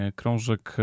krążek